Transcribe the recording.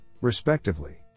respectively